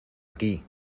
aquí